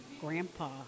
Grandpa